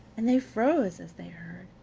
and they froze as they heard.